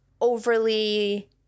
overly